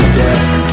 death